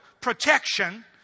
protection